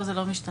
פה זה לא משתנה,